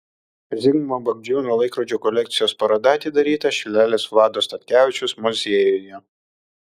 zigmo bagdžiūno laikrodžių kolekcijos paroda atidaryta šilalės vlado statkevičiaus muziejuje